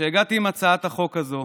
כשהגעתי עם הצעת החוק הזו,